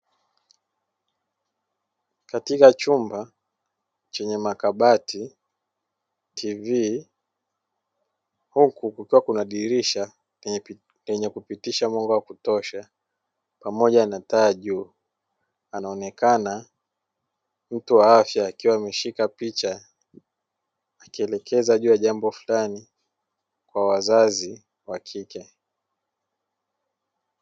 Katika chumba chenye makabati, TV huku kukiwa kuna dirisha lenye kupitisha mwanga wa kutosha pamoja na taa juu anaonekana mtu wa afya akiwa ameshika picha akielekeza jambo fulani kwa wazazi wakike.